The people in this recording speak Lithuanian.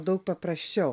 daug paprasčiau